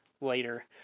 later